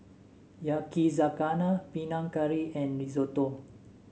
Yakizakana Panang Curry and Risotto